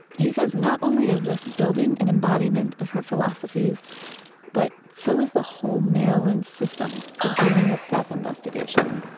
he says, not only is this building and embodiment of her philosophies but so is the whole maryland system for dealing with death investigation